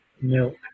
milk